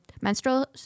menstrual